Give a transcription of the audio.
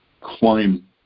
climb